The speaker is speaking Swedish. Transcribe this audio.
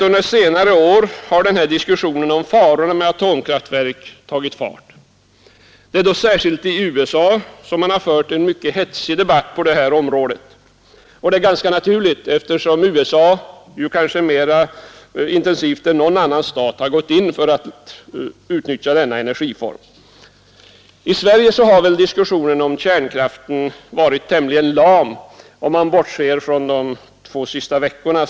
Under senare år har diskussionen om farorna med atomkraften tagit fart. Särskilt i USA har en mycket hetsig debatt förts på det området. Detta är helt naturligt, eftersom USA mer intensivt än någon annan stat gått in för att utnyttja denna energiform. I Sverige har väl diskussionen varit tämligen lam, om man bortser från de senaste veckorna.